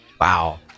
Wow